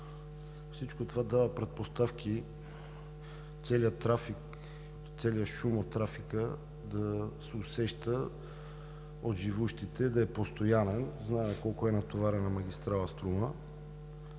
Всичко това дава предпоставки целият трафик, целият шум от трафика да се усеща от живущите, да е постоянен – знаем колко е натоварена магистрала „Струма“.